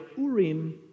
urim